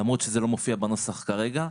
למרות שזה לא מופיע בנוסח כרגע.